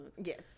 Yes